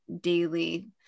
daily